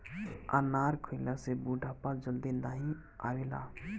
अनार खइला से बुढ़ापा जल्दी नाही आवेला